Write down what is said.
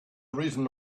reason